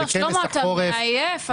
שלמה, אתה מעייף.